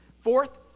Fourth